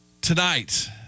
tonight